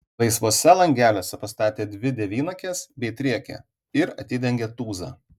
laisvuose langeliuose pastatė dvi devynakes bei triakę ir atidengė tūzą